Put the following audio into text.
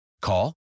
Call